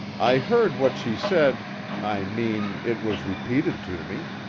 i heard what she said i mean, it was repeated to me.